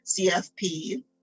CFP